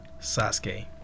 Sasuke